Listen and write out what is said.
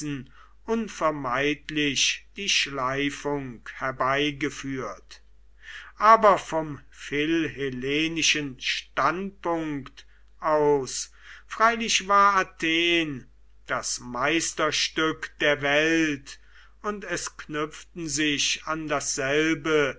unvermeidlich die schleifung herbeigeführt aber vom philhellenischen standpunkt aus freilich war athen das meisterstück der weit und es knüpften sich an dasselbe